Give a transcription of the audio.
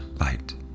light